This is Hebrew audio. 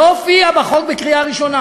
זה לא הופיע בחוק לקריאה הראשונה.